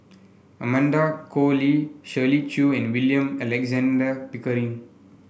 Amanda Koe Lee Shirley Chew and William Alexander Pickering